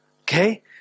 Okay